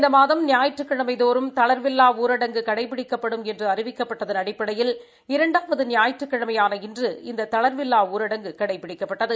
இந்த மாதம் ஞாயிற்றுக்கிழமைதோறும் தளாவில்லா ஊரடங்கு கடைபிடிக்கப்படும் என்று அறிவிக்கப்பட்டதன் அடிப்படையில் இரண்டாவது ஞாயிற்றுக்கிழமை இந்த தளா்வில்லா ஊரடங்கு இன்று கடைபிடிக்கப்பட்டது